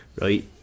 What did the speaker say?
Right